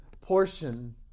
portion